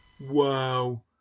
Wow